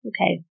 Okay